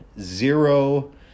zero